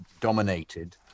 dominated